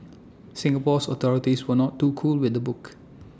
Singapore's authorities were not too cool with the book